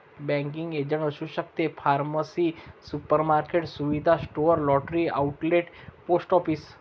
banking agent असू शकते pharmacy supermarket सुविधा store lottery outlet post office